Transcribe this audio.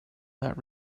that